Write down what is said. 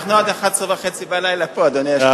אנחנו עד 23:30 פה, אדוני היושב-ראש.